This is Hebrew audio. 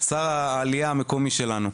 שר העלייה המקומי שלנו.